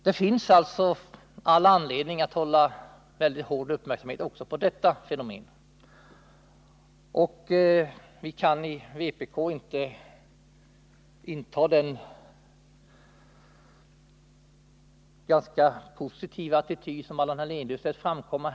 Det finns alltså all anledning att hålla spänd uppmärksamhet också på detta fenomen. Vpk kan inte inta den ganska positiva attityd som Allan Hernelius lät framskymta.